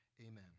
amen